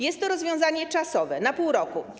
Jest to rozwiązanie czasowe, na pół roku.